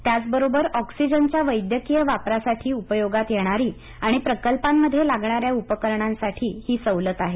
त्याचबरोबर ऑक्सिजनच्या वैद्यकीय वापरासाठी उपयोगात येणारी आणि प्रकल्पांमध्ये लागणाऱ्या उपकरणांसाठीही ही सवलत आहे